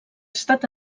estat